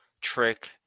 Trick